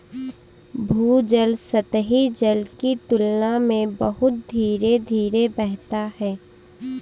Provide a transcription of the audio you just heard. भूजल सतही जल की तुलना में बहुत धीरे धीरे बहता है